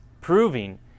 proving